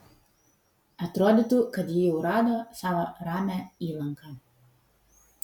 atrodytų kad ji jau rado savo ramią įlanką